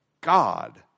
God